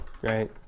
Great